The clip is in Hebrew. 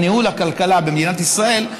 או ניהול הכלכלה במדינת ישראל,